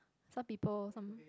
some people some